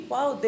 Wow